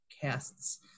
casts